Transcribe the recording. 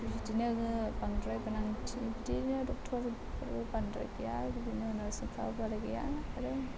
बिदिनो बांद्राय गोनांथि बिदिनो डक्ट'रफोर बांद्राय गैया बिदिनो नार्सिंफोरा बारा गैया आरो